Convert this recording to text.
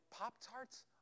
Pop-Tarts